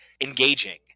engaging